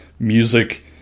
Music